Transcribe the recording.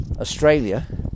Australia